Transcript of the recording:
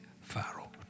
Pharaoh